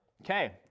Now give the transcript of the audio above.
Okay